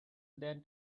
than